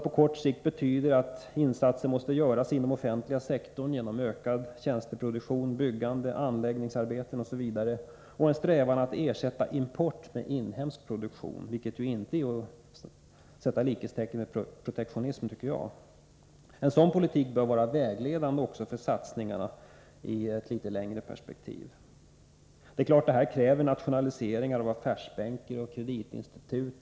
På kort sikt betyder detta att insatser måste göras inom den offentliga sektorn genom ökad tjänsteproduktion, byggande, anläggningsarbeten osv. i en strävan att ersätta import med inhemsk produktion — vilket ju inte, tycker jag, är att sätta likhetstecken med protektionism. Det är klart att detta kräver nationaliseringar av affärsbanker och kreditinstitut.